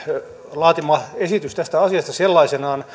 laatima esitys tästä asiasta sellaisenaan